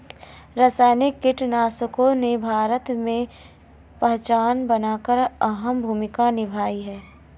रासायनिक कीटनाशकों ने भारत में पहचान बनाकर अहम भूमिका निभाई है